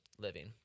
living